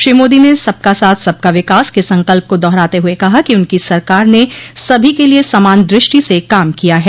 श्री मोदी ने सबका साथ सबका विकास के संकल्प को दोहराते हुए कहा कि उनकी सरकार ने सभी के लिये समान द्रष्टि से काम किया है